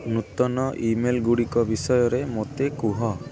ନୂତନ ଇମେଲଗୁଡ଼ିକ ବିଷୟରେ ମୋତେ କୁହ